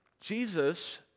Jesus